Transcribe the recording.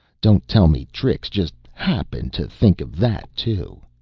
don't tell me trix just happened to think of that too.